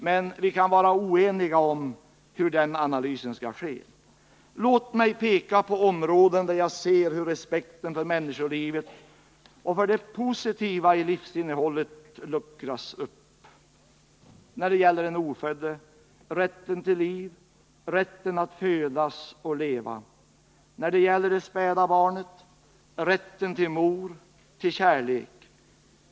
Men vi kan vara oeniga om hur analysen skall ske. Låt mig peka på områden där jag ser hur respekten för människolivet och för det positiva i livsinnehållet har luckrats upp. När det gäller den ofödde: rätten till liv, rätten att födas och leva. När det gäller det späda barnet: rätten till mor, till kärlek.